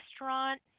restaurant